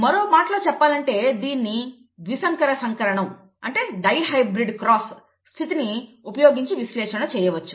మరో మాటలలో చెప్పాలంటే దీన్ని ద్విసంకర సంకరణం స్థితిని ఉపయోగించి విశ్లేషణ చేయవచ్చు